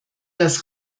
das